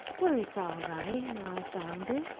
well, it's all right, now i've found it,